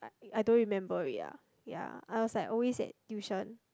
I don't remember already ya ya I was like always at tuition